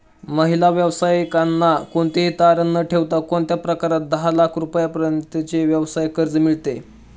महिला व्यावसायिकांना कोणतेही तारण न ठेवता कोणत्या प्रकारात दहा लाख रुपयांपर्यंतचे व्यवसाय कर्ज मिळतो?